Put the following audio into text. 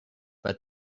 but